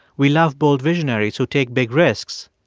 we love bold visionaries who take big risks,